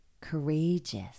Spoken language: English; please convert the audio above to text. courageous